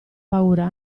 paura